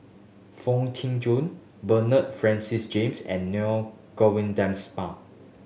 Foon Tee Jun Bernard Francis James and Govindansma